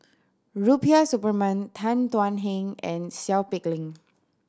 Rubiah Suparman Tan Thuan Heng and Seow Peck Leng